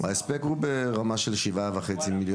ההספק הוא ברמה של שבעה וחצי.